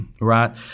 right